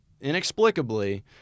inexplicably